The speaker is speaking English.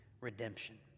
Redemption